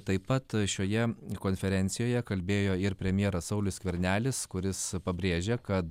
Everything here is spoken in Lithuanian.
taip pat šioje konferencijoje kalbėjo ir premjeras saulius skvernelis kuris pabrėžė kad